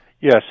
Yes